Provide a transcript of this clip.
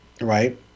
right